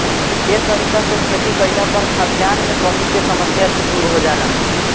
ए तरीका से खेती कईला पर खाद्यान मे कमी के समस्या भी दुर हो जाला